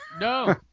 No